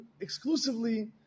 exclusively